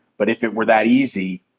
but if it were that easy,